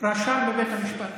רשם בבית המשפט.